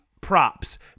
props